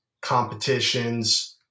competitions –